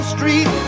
Street